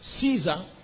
Caesar